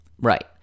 Right